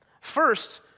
First